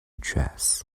dress